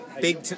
big